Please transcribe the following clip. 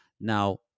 Now